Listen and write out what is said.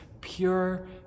pure